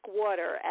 water